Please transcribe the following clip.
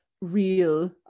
real